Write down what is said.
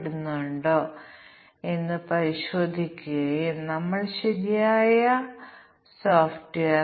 ഒന്നുകിൽ ഒരു സൂപ്പർസ്ക്രിപ്റ്റ് അല്ലെങ്കിൽ സബ്സ്ക്രിപ്റ്റ് തുടങ്ങിയവ